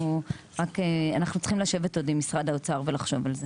אנחנו צריכים לשבת עוד עם משרד האוצר ולחשוב על זה